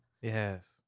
Yes